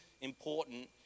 important